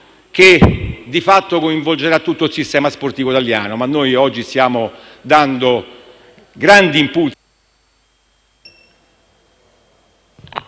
che, di fatto, coinvolgerà tutto il sistema sportivo italiano. Ma noi, oggi, stiamo dando grandi impulsi